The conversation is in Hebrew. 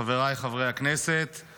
חבריי חברי הכנסת,